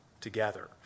together